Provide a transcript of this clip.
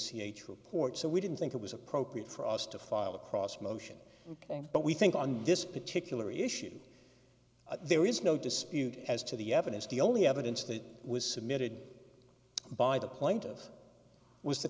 c h report so we didn't think it was appropriate for us to file across motion but we think on this particular issue there is no dispute as to the evidence the only evidence that was submitted by the point of was the